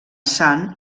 sant